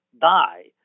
die